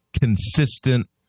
consistent